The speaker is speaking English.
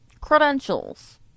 credentials